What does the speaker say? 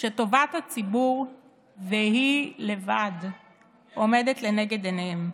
שטובת הציבור והיא לבד עומדת לנגד עיניהם.